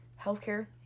healthcare